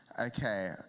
Okay